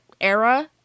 era